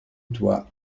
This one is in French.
toi